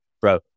Bro